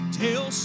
tell